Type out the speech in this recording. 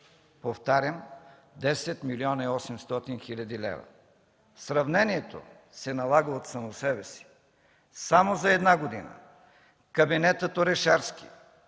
повтарям – 10 млн. 800 хил. лв. Сравнението се налага от само себе си. Само за една година кабинетът Орешарски